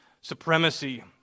supremacy